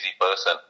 person